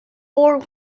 war